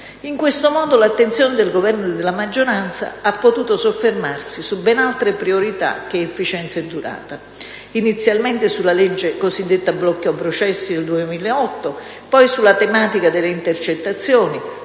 In questo modo l'attenzione del Governo e della maggioranza ha potuto soffermarsi su ben altre priorità che efficienza e durata: inizialmente sulla legge cosiddetta bloccaprocessi del 2008, poi sulla tematica delle intercettazioni